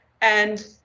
And-